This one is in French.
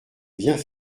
viens